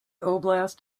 oblast